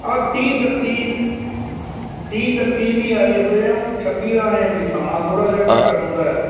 ਆਹ ਤੀਹ ਇਕੱਤੀ ਤੀਹ ਇਕੱਤੀ ਵੀ ਆਏ ਹੋਏ ਆ ਊਂ ਛੱਬੀ ਦਾ ਆਏਂ ਵੀ ਸਮਾਂ ਥੋੜ੍ਹਾ ਜਿਹਾ ਘੱਟ ਹੁੰਦਾ